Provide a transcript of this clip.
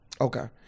Okay